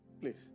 Please